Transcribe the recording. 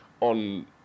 on